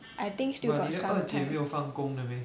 I think still got some time